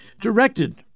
directed